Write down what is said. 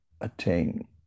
attain